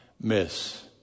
miss